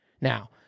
now